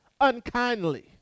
unkindly